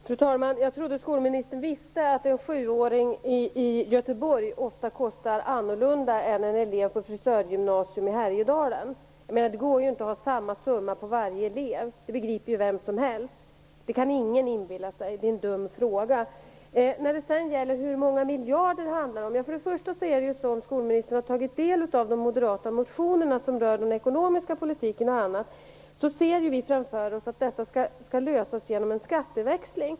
Fru talman! Jag trodde skolministern visste att en 7-åring i Göteborg ofta inte kostar lika mycket som en elev på ett frisörgymnasium i Härjedalen. Det går inte att ha samma summa för varje elev, det begriper ju vem som helst. Det kan ingen inbilla sig. Det är en dum fråga. Hur många miljarder handlar det om? frågar skolministern. I de moderata motionerna om den ekonomiska politiken, som skolministern kanske har tagit del av, säger vi att detta skall lösas genom en skatteväxling.